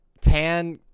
tan